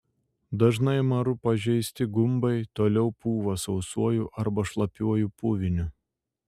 dažnai maru pažeisti gumbai toliau pūva sausuoju arba šlapiuoju puviniu